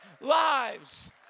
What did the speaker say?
lives